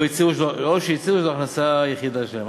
או שהצהירו שזאת ההכנסה היחידה שלהם.